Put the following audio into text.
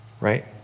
right